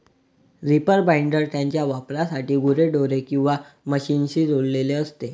reaper binder त्याच्या वापरासाठी गुरेढोरे किंवा मशीनशी जोडलेले असते